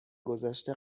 گذشته